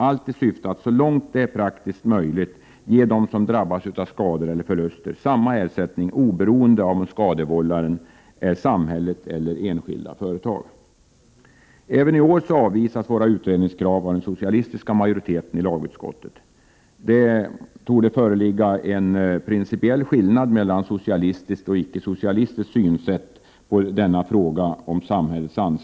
Syftet skulle vara att så långt det är praktiskt möjligt ge dem som drabbas av skador eller förluster samma ersättning oberoende av om skadevållaren är samhället eller enskilda företag. Även i år avvisades våra utredningskrav av den socialistiska majoriteten i lagutskottet. Det torde föreligga en principiell och anmärkningsvärd skillnad mellan socialistiskt och icke-socialistiskt synsätt i denna fråga.